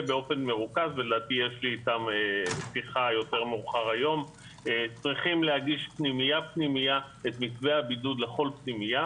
באופן מרוכז צריכים להגיש את מתווה הבידוד לכל פנימייה,